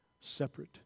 separate